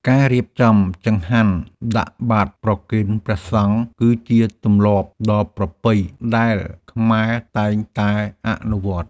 ការរៀបចំចង្ហាន់ដាក់បាតប្រគេនព្រះសង្ឃ គឺជាទម្លាប់ដ៏ប្រពៃដែលខ្មែរតែងតែអនុវត្ត។